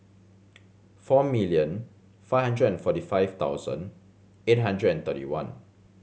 four million five hundred and forty five thousand eight hundred and thirty one